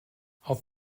auf